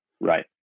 right